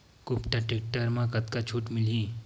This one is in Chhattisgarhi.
कुबटा टेक्टर म कतका छूट मिलही?